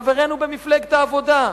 חברינו במפלגת העבודה.